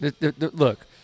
Look